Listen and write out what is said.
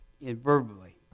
verbally